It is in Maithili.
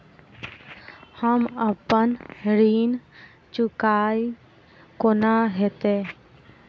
हम अप्पन ऋण चुकाइब कोना हैतय?